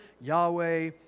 Yahweh